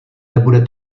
nebude